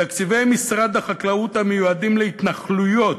תקציבי משרד החקלאות המיועדים להתנחלויות,